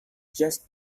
just